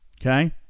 okay